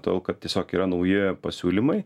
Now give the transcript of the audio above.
todėl kad tiesiog yra nauji pasiūlymai